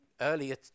earlier